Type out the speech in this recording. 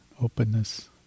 openness